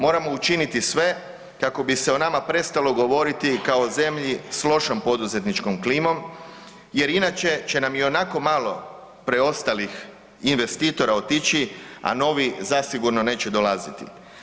Moramo učiniti sve kako bi se o nama prestalo govoriti kao zemlji s lošom poduzetničkom klimom jer inače će nam ionako malo preostalih investitora otići a novi zasigurno neće dolaziti.